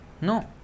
no